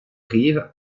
rives